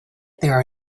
there